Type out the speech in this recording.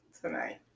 tonight